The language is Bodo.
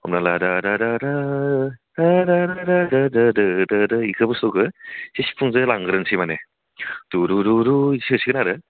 हमना ला रा रा रा रा रा रा दा दा दा दा दा बेखौबो संखौ सिफुंजों लांग्रोनोसै माने थु रु रु रु बेखौ सोसिगोन आरो